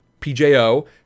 PJO